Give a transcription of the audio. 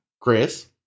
Chris